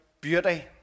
beauty